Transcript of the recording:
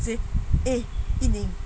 see eh yan ning